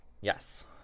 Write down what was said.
Yes